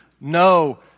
no